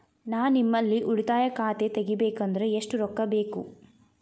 ನಾ ನಿಮ್ಮಲ್ಲಿ ಉಳಿತಾಯ ಖಾತೆ ತೆಗಿಬೇಕಂದ್ರ ಎಷ್ಟು ರೊಕ್ಕ ಬೇಕು?